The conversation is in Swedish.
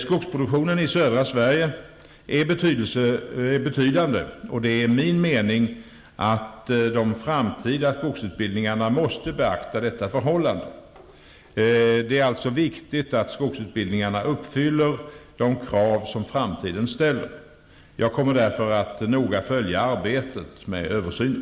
Skogsproduktionen i södra Sverige är betydande, och det är min mening att de framtida skogsutbildningarna måste beakta detta förhållande. Det är alltså viktigt att skogsutbildningarna uppfyller de krav som framtiden ställer. Jag kommer därför att noga följa arbetet med översynen.